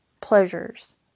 pleasures